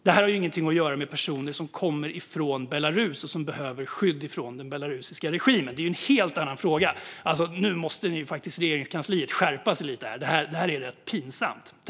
Det här har ingenting att göra med personer som kommer från Belarus och som behöver skydd från den belarusiska regimen. Det är en helt annan fråga. Nu måste faktiskt Regeringskansliet skärpa sig. Det här är pinsamt.